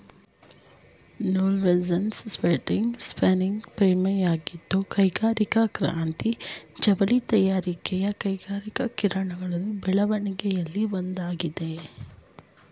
ನೂಲುವಜೆನ್ನಿ spindle spinning ಫ್ರೇಮಾಗಿದ್ದು ಕೈಗಾರಿಕಾ ಕ್ರಾಂತಿ ಜವಳಿ ತಯಾರಿಕೆಯ ಕೈಗಾರಿಕೀಕರಣ ಬೆಳವಣಿಗೆಲಿ ಒಂದಾಗಿದೆ